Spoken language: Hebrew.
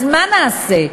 אז מה נעשה?